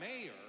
mayor